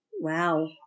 Wow